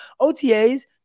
OTAs